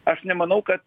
aš nemanau kad